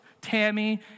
Tammy